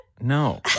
No